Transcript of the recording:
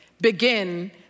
begin